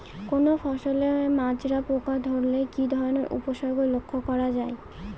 কোনো ফসলে মাজরা পোকা ধরলে কি ধরণের উপসর্গ লক্ষ্য করা যায়?